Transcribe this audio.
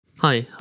Hi